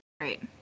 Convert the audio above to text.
Right